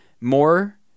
more